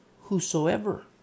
whosoever